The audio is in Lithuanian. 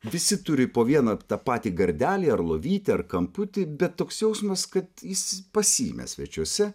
visi turi po vieną tą patį gardelį ar lovytę ar kamputį bet toks jausmas kad jis pas jį mes svečiuose